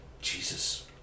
Jesus